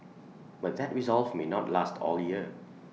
but that resolve may not last all year